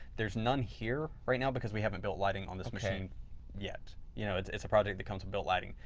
there's none here right now because we haven't built lighting on this machine yet. you know it's it's a project that comes with built lighting.